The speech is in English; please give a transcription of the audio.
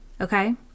okay